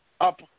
up